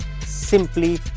simply